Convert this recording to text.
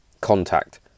contact